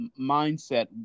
mindset